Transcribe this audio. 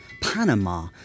Panama